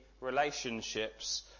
relationships